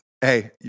hey